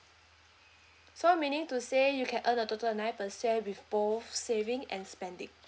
so meaning to say you can earn a total of nine percent with both saving and spending